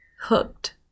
hooked